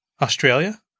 Australia